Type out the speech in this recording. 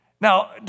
Now